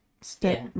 step-